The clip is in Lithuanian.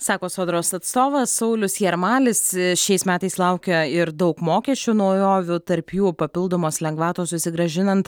sako sodros atstovas saulius jarmalis šiais metais laukia ir daug mokesčių naujovių tarp jų papildomos lengvatos susigrąžinant